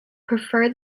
prefer